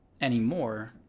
anymore